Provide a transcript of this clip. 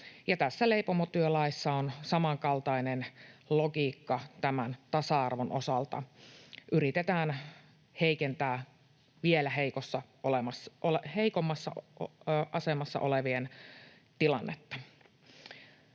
tässä leipomotyölaissa on samankaltainen logiikka tämän tasa-arvon osalta: yritetään heikentää vielä heikommassa asemassa olevien tilannetta.